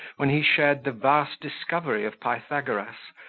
when he shared the vast discovery of pythagoras,